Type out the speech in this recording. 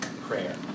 prayer